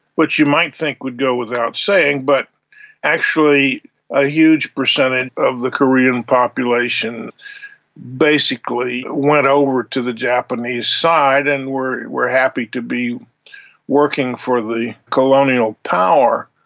which you might think would go without saying, but actually a huge percentage of the korean population basically went over to the japanese side and were were happy to be working for the colonial power.